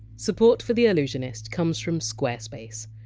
support for the allusionist comes from squarespace.